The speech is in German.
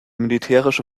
militärische